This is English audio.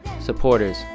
supporters